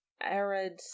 arid